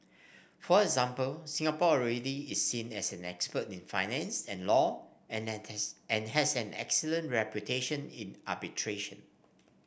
for example Singapore already is seen as an expert in finance and law and and has an excellent reputation in arbitration